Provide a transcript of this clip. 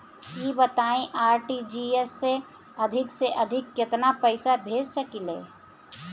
ई बताईं आर.टी.जी.एस से अधिक से अधिक केतना पइसा भेज सकिले?